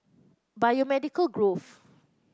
Biomedical Grove